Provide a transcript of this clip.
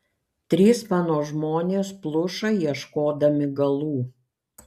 trys mano žmonės pluša ieškodami galų